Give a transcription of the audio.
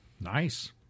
Nice